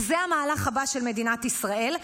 וזה המהלך הבא של מדינת ישראל,